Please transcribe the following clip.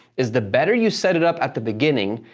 is the better you set it up at the beginning,